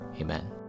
Amen